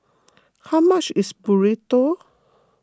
how much is Burrito